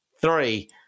three